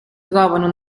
trovano